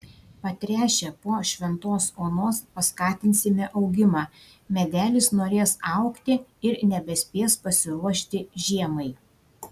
patręšę po šventos onos paskatinsime augimą medelis norės augti ir nebespės pasiruošti žiemai